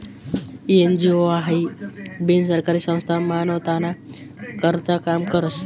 NGO हाई बिनसरकारी संस्था मानवताना करता काम करस